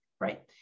right